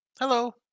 Hello